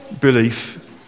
belief